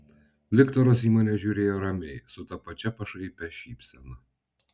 viktoras į mane žiūrėjo ramiai su ta pačia pašaipia šypsena